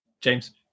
James